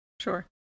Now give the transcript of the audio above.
sure